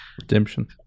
Redemption